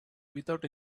without